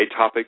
atopic